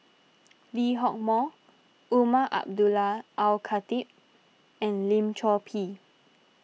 Lee Hock Moh Umar Abdullah Al Khatib and Lim Chor Pee